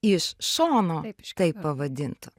iš šono taip pavadintų